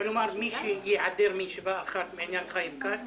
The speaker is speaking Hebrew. כלומר, מי שייעדר מישיבה אחת בעניין כץ